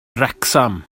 wrecsam